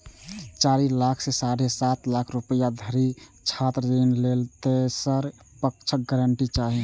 चारि लाख सं साढ़े सात लाख रुपैया धरिक छात्र ऋण लेल तेसर पक्षक गारंटी चाही